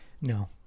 no